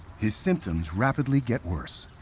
his symptoms rapidly get worse.